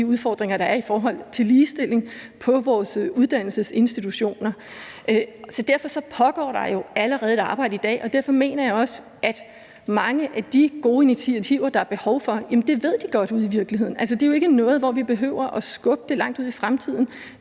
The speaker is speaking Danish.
af de udfordringer, der er i forhold til ligestilling på vores uddannelsesinstitutioner. Derfor pågår der jo allerede et arbejde i dag, og derfor mener jeg også, at mange af de gode initiativer, der er behov for, ved de godt der er behov for ude i virkeligheden. Altså, det er jo ikke noget, hvor vi prøver at skubbe det langt ud i fremtiden;